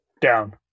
down